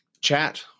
Chat